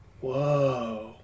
whoa